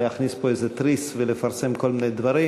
להכניס פה איזה טריז ולפרסם כל מיני דברים.